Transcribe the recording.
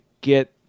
get